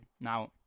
Now